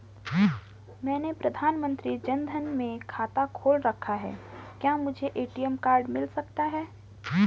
मैंने प्रधानमंत्री जन धन में खाता खोल रखा है क्या मुझे ए.टी.एम कार्ड मिल सकता है?